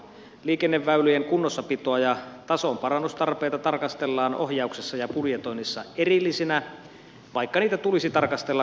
liikenneväylien kunnossapitoa ja tasonparannustarpeita tarkastellaan ohjauksessa ja budjetoinnissa erillisinä vaikka niitä tulisi tarkastella kokonaisuutena